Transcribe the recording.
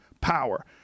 Power